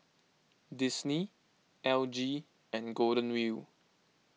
Disney L G and Golden Wheel